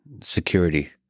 security